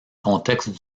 contexte